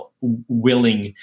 willing